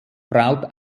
braut